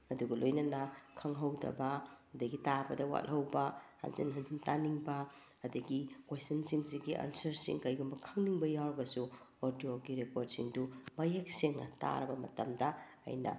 ꯑꯗꯨꯒ ꯂꯣꯏꯅꯅ ꯈꯪꯍꯧꯗꯕ ꯑꯗꯒꯤ ꯇꯥꯕꯗ ꯋꯥꯠꯍꯧꯕ ꯍꯟꯖꯤꯟ ꯍꯟꯖꯤꯟ ꯇꯥꯅꯤꯡꯕ ꯑꯗꯒꯤ ꯀꯣꯏꯁꯟꯁꯤꯡꯁꯤꯒꯤ ꯑꯟꯁꯔꯁꯤꯡ ꯀꯔꯤꯒꯨꯝꯕ ꯈꯪꯅꯤꯡꯕ ꯌꯥꯎꯔꯒꯁꯨ ꯑꯣꯗꯤꯌꯣꯒꯤ ꯔꯦꯀ꯭ꯣꯔꯠꯁꯤꯡꯗꯨ ꯃꯌꯦꯛ ꯁꯦꯡꯅ ꯇꯥꯔꯕ ꯃꯇꯝꯗ ꯑꯩꯅ